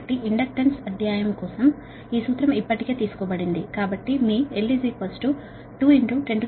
కాబట్టి ఈ సూత్రం ఇప్పటికే డెరైవ్ చేయబడింది ఇండక్టెన్స్ అధ్యాయం కోసం